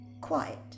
quiet